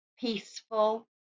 peaceful